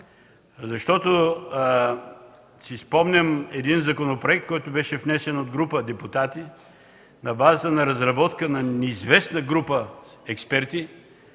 закони. Спомням си един законопроект, който беше внесен от група депутати, на базата на разработка на неизвестна група експерти,